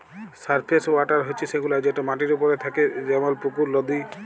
surface water হছে সেগুলা যেট মাটির উপরে থ্যাকে যেমল পুকুর, লদী